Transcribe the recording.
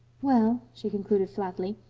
well, she concluded flatly,